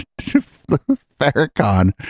Farrakhan